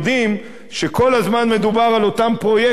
שכל הזמן מדובר על אותם פרויקטים,